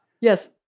Yes